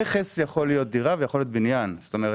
נכס יכול להיות דירה או בניין; זאת אומרת,